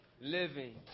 living